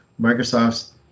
Microsoft's